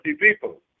people